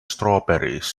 strawberries